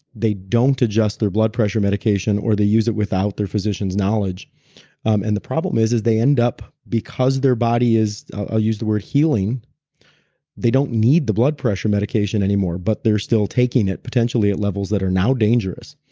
they don't adjust their blood pressure medication or they use it without their physician's knowledge and the problem is, is they end up, because their body is, i'll use the word healing they don't need the blood pressure medication anymore, but they're still taking it potentially at levels that are now dangerous.